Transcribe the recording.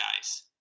guys